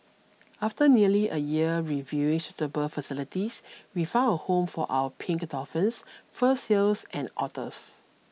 after nearly a year reviewing suitable facilities we found a home for our pink dolphins fur seals and otters